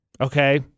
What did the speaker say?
Okay